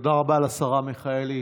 תודה רבה לשרה מיכאלי.